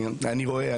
אני רואה,